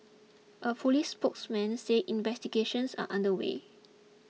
a police spokesman said investigations are under way